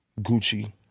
Gucci